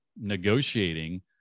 negotiating